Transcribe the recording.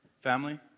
Family